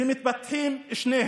מתפתחים שניהם,